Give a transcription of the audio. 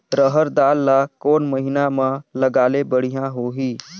रहर दाल ला कोन महीना म लगाले बढ़िया होही?